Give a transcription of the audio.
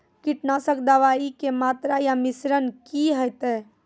कीटनासक दवाई के मात्रा या मिश्रण की हेते?